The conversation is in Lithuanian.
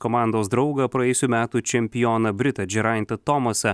komandos draugą praėjusių metų čempioną britą džerajantą tomasą